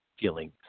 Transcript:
feeling